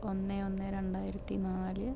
ഒന്ന് ഒന്ന് രണ്ടായിരത്തി നാല്